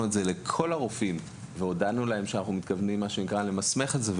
לרופאים שאנחנו מתכוונים למסמך את זה.